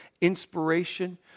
inspiration